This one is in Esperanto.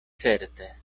certe